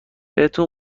بهتون